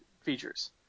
features